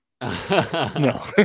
no